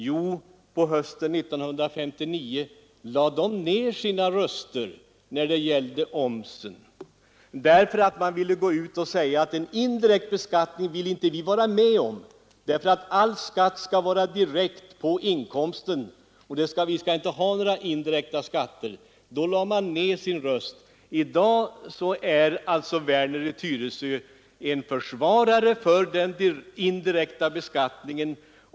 Jo, på hösten 1959, när vi röstade om omsen, lade de ned sina röster. De gick ut och sade att de inte ville vara med om en indirekt beskattning. All skatt skulle tas ut direkt på inkomsten, och några indirekta skatter skulle inte förekomma. Då lade man alltså ned sin röst. I dag försvarar herr Werner i Tyresö den indirekta beskattningen.